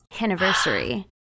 anniversary